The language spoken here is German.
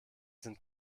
sind